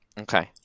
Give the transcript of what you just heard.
Okay